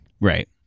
Right